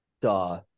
Duh